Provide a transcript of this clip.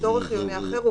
צורך חיוני אחר,